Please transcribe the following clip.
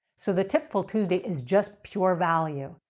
so, the tipful tuesday is just pure value.